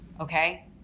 okay